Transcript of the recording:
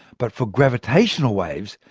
but for gravitational waves,